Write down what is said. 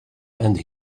and